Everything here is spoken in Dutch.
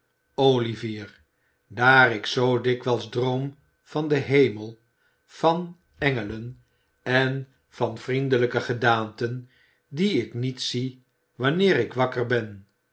olivier daar ik zoo dikwijls droom van den hemel van engelen en van vriendelijke gedaanten die ik niet zie wanneer ik wakker ben